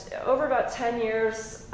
over about ten years,